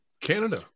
Canada